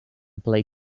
play